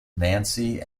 nancy